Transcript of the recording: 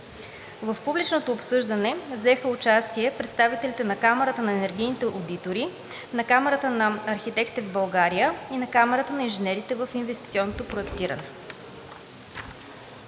В публичното обсъждане взеха участие представителите на Камарата на енергийните одитори, на Камарата на архитектите в България и на Камарата на инженерите в инвестиционното проектиране.